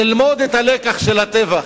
ללמוד את הלקח של הטבח,